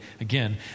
again